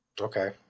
Okay